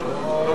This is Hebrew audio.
לא.